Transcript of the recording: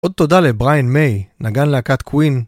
עוד תודה לבריין מיי, נגן להקת קווין.